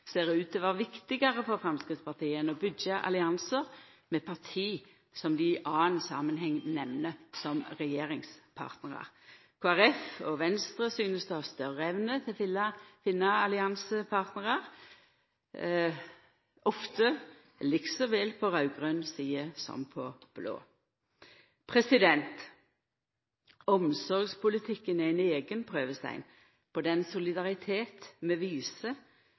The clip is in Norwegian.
det å markera særstandpunkt ser ut til å vera viktigare for Framstegspartiet enn å byggja alliansar med parti som dei i annan samanheng nemner som regjeringspartnarar. Kristeleg Folkeparti og Venstre synest å ha større evne til å finna alliansepartnarar, men ofte like så vel på raud-grøn side, som på blå. Omsorgspolitikken er ein eigen prøvestein på den solidariteten vi viser